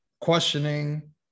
questioning